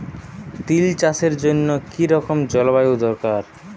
তিল চাষের জন্য কি রকম জলবায়ু দরকার?